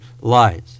lies